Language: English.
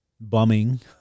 Bumming